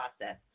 process